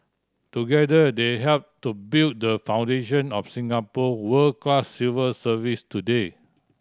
together they help to build the foundation of Singapore world class civil service today